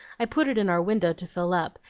i put it in our window to fill up,